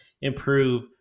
improve